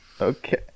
Okay